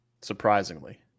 Surprisingly